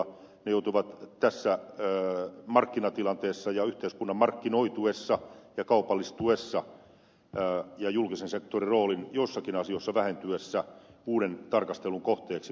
ne joutuvat tässä markkinatilanteessa ja yhteiskunnan markkinoituessa ja kaupallistuessa ja julkisen sektorin roolin joissakin asioissa vähentyessä uuden tarkastelun kohteeksi